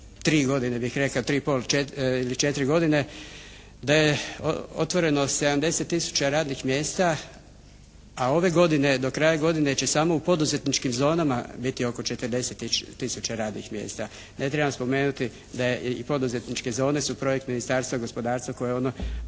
3 godine bih rekao, 3 i pol ili 4 godine da je otvoreno 70 tisuća radnih mjesta, a ove godine do kraja godine će samo u poduzetničkim zonama biti oko 40 tisuća radnih mjesta. Ne trebam spomenuti da je, i poduzetničke zone su projekt Ministarstva gospodarstva koje ono